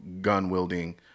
gun-wielding